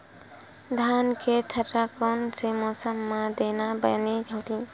धान के थरहा कोन से मौसम म देना बने होही?